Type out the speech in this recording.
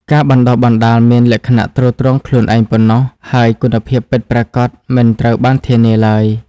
ការបណ្ដុះបណ្ដាលមានលក្ខណៈទ្រទ្រង់ខ្លួនឯងប៉ុណ្ណោះ ហើយគុណភាពពិតប្រាកដមិនត្រូវបានធានាឡើយ។